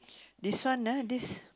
this one ah this